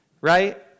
right